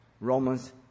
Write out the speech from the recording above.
Romans